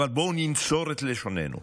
אבל בואו ננצור את לשוננו.